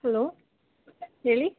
hello ಹೇಳಿ